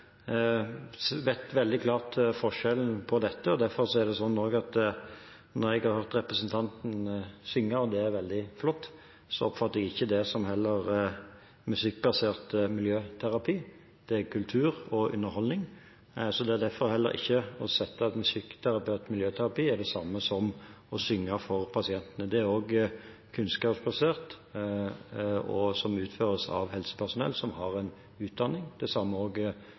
vet veldig klart forskjellen på dette. Når jeg har hørt representanten synge – og det er veldig flott – oppfatter jeg derfor ikke det som musikkbasert miljøterapi. Det er kultur og underholdning. Derfor er heller ikke musikkbasert miljøterapi det samme som å synge for pasientene. Det er kunnskapsbasert og utføres av helsepersonell som har en utdanning. Det samme gjelder musikkterapi, som utføres av musikkterapeuter. Disse skillelinjene er